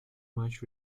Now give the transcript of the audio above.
much